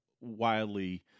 wildly